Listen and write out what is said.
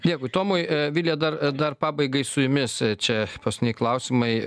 dėkui tomui vilija dar dar pabaigai su jumis čia paskutiniai klausimai